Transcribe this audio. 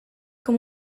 com